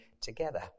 together